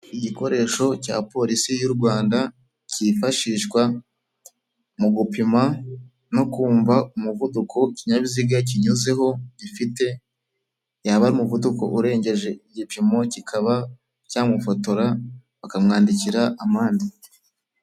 Igikoresho cya polisi y'u Rwanda cyifashishwa mu gupima no kumva umuvuduko ikinyabiziga kinyuzeho gifite, yaba ari umuvuduko urengeje igipimo kikaba cyamufotora bakamwandikira amande.